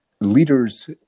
leaders